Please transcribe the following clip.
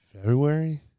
February